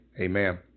Amen